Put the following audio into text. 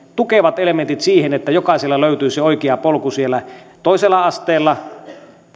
tukevat elementit siihen että jokaiselle löytyisi se oikea polku siellä toisella asteella